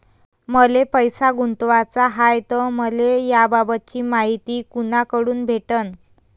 मले पैसा गुंतवाचा हाय तर मले याबाबतीची मायती कुनाकडून भेटन?